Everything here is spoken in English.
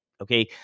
Okay